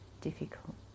difficult